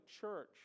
church